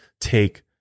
take